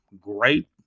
great